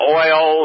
oil